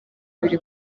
biri